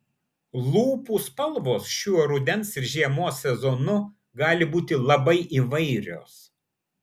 lūpų spalvos šiuo rudens ir žiemos sezonu gali būti labai įvairios